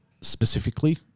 specifically